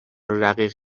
رقیق